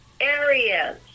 areas